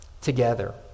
together